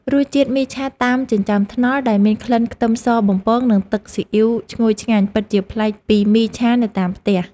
រសជាតិមីឆាតាមចិញ្ចើមថ្នល់ដែលមានក្លិនខ្ទឹមសបំពងនិងទឹកស៊ីអ៊ីវឈ្ងុយឆ្ងាញ់ពិតជាប្លែកពីមីឆានៅតាមផ្ទះ។